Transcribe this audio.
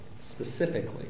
Specifically